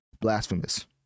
Blasphemous